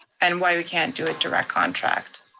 and why we can't do a direct contract.